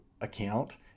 account